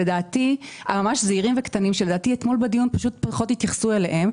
שלדעתי אתמול בדיון פחות התייחסו אליהם.